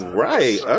right